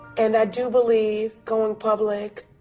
and i do believe going public